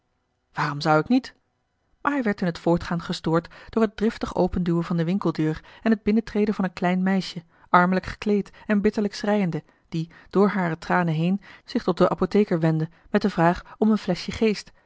waarom zou ik niet maar hij werd in t voortgaan gestoord door het driftig openduwen van de winkeldeur en het binnentreden van een klein meisje armelijk gekleed en bitterlijk schreiende die door hare tranen heen zich tot den apotheker wendde met de vraag om een fleschje geest